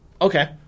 Okay